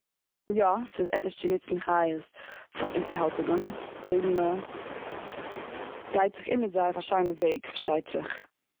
יא, ס'איז עטיש צו ניצן חיות פאר אינטערהאלטונגען. אויב מ'גייט זיך אים מיט זיי אויף א שיינע וועג פארשטייט זיך.